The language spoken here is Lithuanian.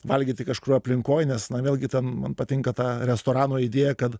valgyti kažkur aplinkoj nes na vėlgi ten man patinka ta restorano idėja kad